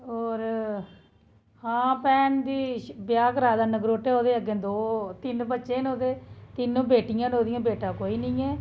होर आं भैन जी दा ब्याह् कराए दा नगरोटै ओह्दे अग्गें दो तिन्न बच्चे न ओह्दे तिन्नों बेटियां न ओह्दियां बेटा कोई नेईं ऐ